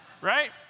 Right